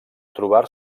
trobar